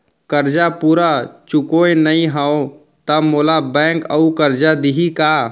करजा पूरा चुकोय नई हव त मोला बैंक अऊ करजा दिही का?